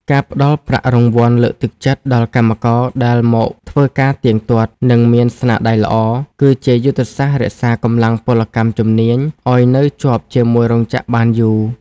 ការផ្ដល់ប្រាក់រង្វាន់លើកទឹកចិត្តដល់កម្មករដែលមកធ្វើការទៀងទាត់ និងមានស្នាដៃល្អ គឺជាយុទ្ធសាស្ត្ររក្សាកម្លាំងពលកម្មជំនាញឱ្យនៅជាប់ជាមួយរោងចក្របានយូរ។